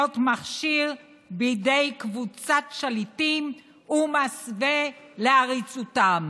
מכשיר בידי קבוצת שליטים ומסווה לעריצותם"?